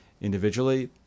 individually